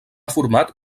format